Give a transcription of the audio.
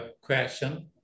question